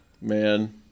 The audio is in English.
Man